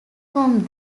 from